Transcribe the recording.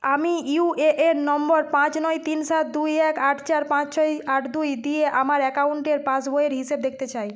আমি ইউএএন নম্বর পাঁচ নয় তিন সাত দুই এক আট চার পাঁচ ছয় আট দুই দিয়ে আমার অ্যাকাউন্টের পাসবইয়ের হিসেব দেখতে চাই